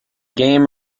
game